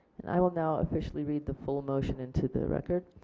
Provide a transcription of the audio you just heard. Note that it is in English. i will now officially read the full motion into the record.